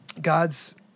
God's